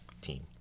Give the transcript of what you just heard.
team